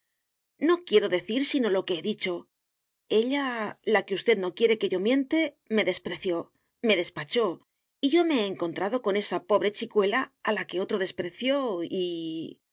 no quiero decir sino lo que he dicho ella la que usted no quiere que yo miente me despreció me despachó y yo me he encontrado con esa pobre chicuela a la que otro despreció y